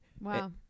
Wow